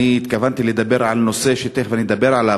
התכוונתי לדבר על נושא שתכף אדבר עליו,